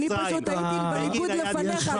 אני שואלת כי אני הייתי בליכוד לפניך.